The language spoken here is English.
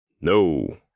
No